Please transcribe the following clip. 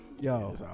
Yo